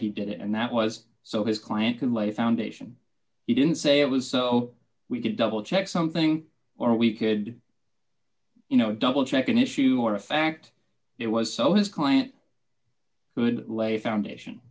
he did it and that was so his client can lay a foundation he didn't say it was so we could double check something or we could you know double check an issue or a fact it was so his client who would lay a foundation